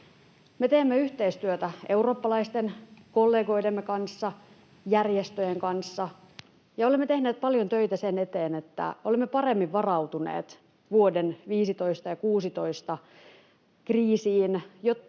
teemme yhteistyötä eurooppalaisten kollegoidemme kanssa ja järjestöjen kanssa ja olemme tehneet paljon töitä sen eteen, että olemme paremmin varautuneet kuin vuosien 2015 ja 2016 kriisiin,